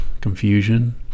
confusion